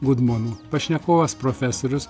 gudmonu pašnekovas profesorius